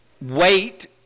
wait